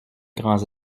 grands